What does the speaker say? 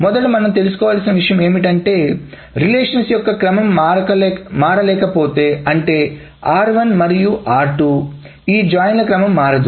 మొదటి మనం తెలుసుకోవలసిన విషయం ఏమిటంటే రిలేషన్స్ యొక్క క్రమం మారలేకపోతే అంటే r1 మరియు r2 ఈ చేరికల క్రమం మారదు